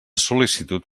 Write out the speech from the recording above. sol·licitud